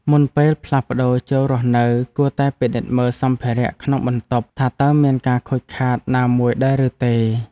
មុនពេលផ្លាស់ប្តូរចូលរស់នៅ គួរតែពិនិត្យមើលសម្ភារៈក្នុងបន្ទប់ថាតើមានការខូចខាតណាមួយដែរឬទេ។